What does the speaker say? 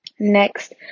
Next